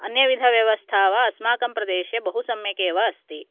अन्यविधव्यवस्था वा अस्माकं प्रदेशे बहु सम्यकेव अस्ति